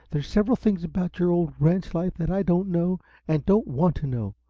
there's several things about your old ranch life that i don't know and don't want to know!